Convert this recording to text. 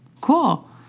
Cool